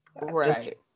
Right